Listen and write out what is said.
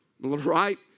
Right